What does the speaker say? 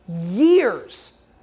Years